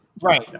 Right